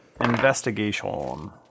Investigation